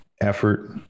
effort